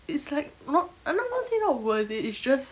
it's like not I'm not going to say not worth it it's just